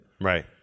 Right